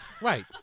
Right